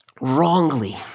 wrongly